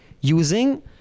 Using